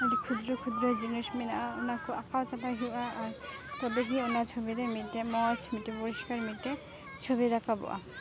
ᱟᱹᱰᱤ ᱠᱷᱩᱫᱨᱚ ᱠᱷᱩᱫᱨᱚ ᱡᱤᱱᱤᱥ ᱢᱮᱱᱟᱜᱼᱟ ᱚᱱᱟᱠᱚ ᱟᱸᱠᱟᱣ ᱪᱟᱵᱟᱭ ᱦᱩᱭᱩᱜᱼᱟ ᱛᱚᱵᱮ ᱜᱮ ᱚᱱᱟ ᱪᱷᱩᱵᱤᱨᱮ ᱢᱤᱫᱴᱮᱡ ᱢᱚᱡᱽ ᱢᱤᱫᱴᱮᱡ ᱯᱚᱨᱤᱥᱠᱟᱨ ᱢᱤᱫᱴᱮᱡ ᱪᱷᱩᱵᱤ ᱨᱟᱠᱟᱵᱚᱜᱼᱟ